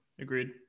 agreed